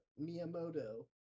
Miyamoto